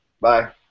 Bye